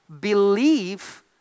Believe